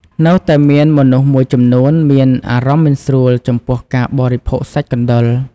នៅតែមានមនុស្សមួយចំនួន មានអារម្មណ៍មិនស្រួលចំពោះការបរិភោគសាច់កណ្តុរ។